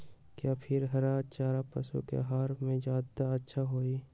या फिर हरा चारा पशु के आहार में ज्यादा अच्छा होई?